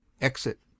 Exit